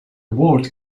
word